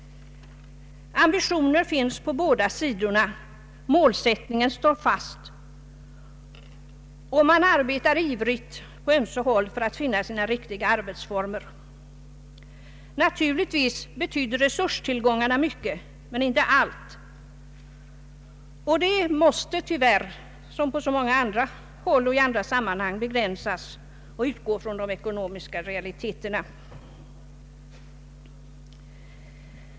Ambitioner finns på båda sidorna, och målsättningen står fast. Man söker också ivrigt på ömse håll att finna riktiga arbetsformer. Naturligtvis betyder resurserna mycket, men inte allt, och de måste tyvärr, som på så många andra håll och i andra sammanhang, begränsas och utgå från de ekonomiska realiteterna.